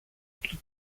του